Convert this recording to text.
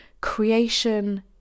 creation